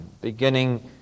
beginning